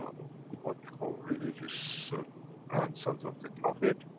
what you call, religious ah grandsons of the prophet.